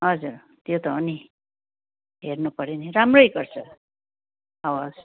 हजुर त्यो त हो नि हेर्नु पर्यो नि राम्रै गर्छ हवस्